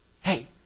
Hey